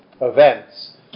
events